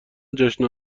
جشن